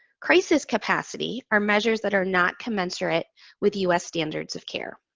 crisis capacity are measures that are not commensurate with us standards of care.